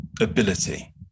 ability